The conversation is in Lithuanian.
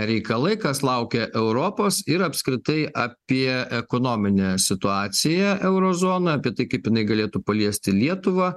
reikalai kas laukia europos ir apskritai apie ekonominę situaciją euro zonoje apie tai kaip jinai galėtų paliesti lietuvą